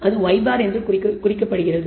அது y̅ என்று குறிக்கப்படுகிறது